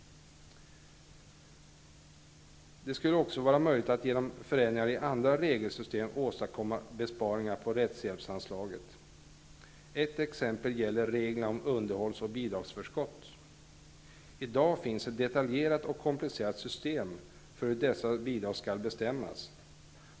Det skulle också vara möjligt att genom förändringar i andra regelsystem åstadkomma besparingar på rättshjälpsanslaget. Ett exempel gäller reglerna om underhållsbidrag och bidragsförskott. I dag finns ett detaljerat och komplicerat system för hur dessa bidrag skall bestämmas.